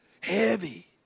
Heavy